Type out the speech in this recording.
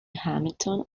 hamilton